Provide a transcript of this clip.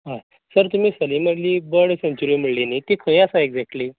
हय सर तुमी Salim Ali bird sanctuary म्हणले न्ही ती खंय आसा एक्जेक्टली